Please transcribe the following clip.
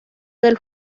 del